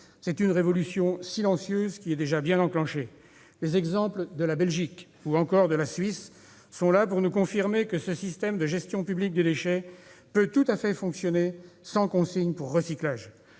C'est une révolution silencieuse qui est déjà bien enclenchée. Les exemples de la Belgique ou de la Suisse sont là pour nous confirmer que ce système de gestion publique des déchets peut tout à fait fonctionner sans consigne pour recyclage.